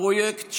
הפרויקט,